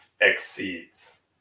exceeds